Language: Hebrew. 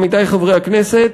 עמיתי חברי הכנסת,